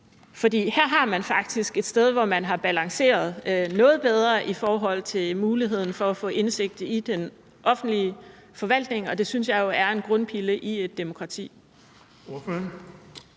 For her har vi faktisk et sted, hvor man har balanceret noget bedre i forhold til muligheden for at få indsigt i den offentlige forvaltning, og det synes jeg jo er en grundpille i et demokrati.